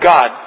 God